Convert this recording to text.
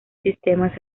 sistemas